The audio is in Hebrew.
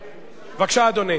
בבקשה, אדוני.